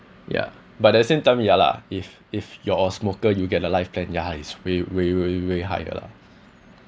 ya but at the same time ya lah if if you're a smoker you get the life plan ya it's very very very very high lah